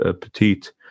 petite